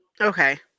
Okay